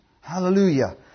Hallelujah